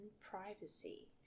privacy